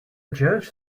judge